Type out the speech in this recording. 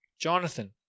Jonathan